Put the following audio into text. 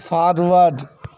forward